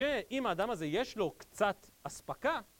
שאם האדם הזה יש לו קצת אספקה...